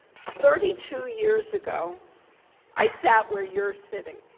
thirty two years ago i sat where you're sitting.